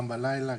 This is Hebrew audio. גם בלילה,